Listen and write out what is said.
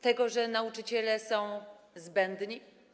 Tego, że nauczyciele są zbędni?